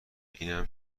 اینم